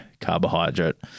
carbohydrate